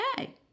okay